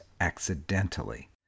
accidentally